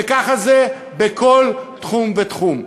וככה זה בכל תחום ותחום.